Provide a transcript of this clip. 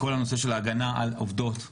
כל הנושא של ההגנה על עובדות בחקלאות,